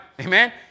Amen